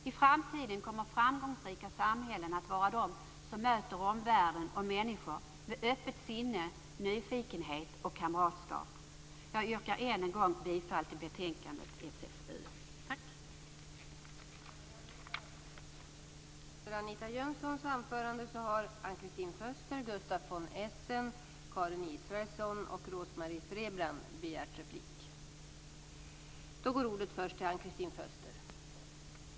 I framtiden kommer framgångsrika samhällen att vara de som möter omvärlden och människor med öppet sinne, nyfikenhet och kamratskap. Jag yrkar än en gång bifall till hemställan i socialförsäkringsutskottets betänkande SfU6.